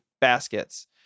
baskets